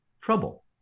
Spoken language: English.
Trouble